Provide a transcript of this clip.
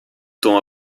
temps